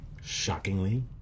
shockingly